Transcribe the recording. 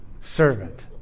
servant